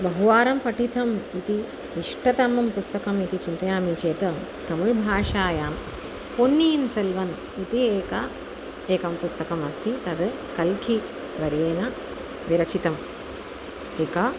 बहुवारं पठितम् इति इष्टतमं पुस्तकं इति चिन्तयामि चेत् तमिल्भाषायां पुन्नीन् सल्वन् इति एका एकं पुस्तकम् अस्ति तद् कल्कि वरेण विरचितम् एका